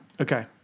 Okay